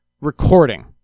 recording